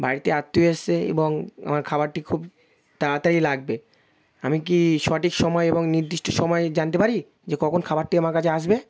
বাড়িতে আত্মীয় এসেছে এবং আমার খাবারটি খুব তাড়াতাড়ি লাগবে আমি কি সঠিক সময় এবং নির্দিষ্ট সময় জানতে পারি যে কখন খাবারটি আমার কাছে আসবে